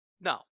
No